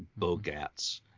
Bogats